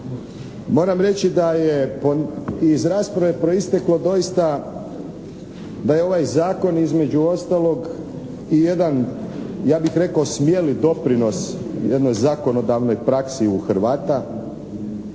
moram reći da je i iz rasprave proisteklo doista da je ovaj zakon između ostalog i jedan ja bih rekao smjeli doprinos jednoj zakonodavnoj praksi u Hrvata.